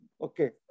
okay